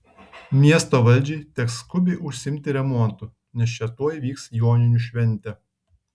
miesto valdžiai teks skubiai užsiimti remontu nes čia tuoj vyks joninių šventė